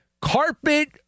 carpet